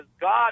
God